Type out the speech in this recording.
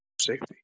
safety